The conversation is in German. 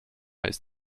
ist